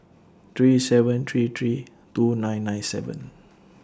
three seven three three two nine nine seven